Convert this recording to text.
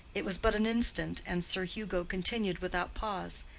it was but an instant, and sir hugo continued without pause,